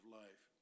life